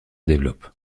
développent